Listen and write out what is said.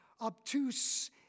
obtuse